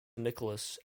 nicholas